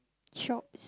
shops